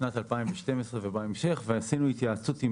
בשנת 2012 ובהמשך ועשינו התייעצות עם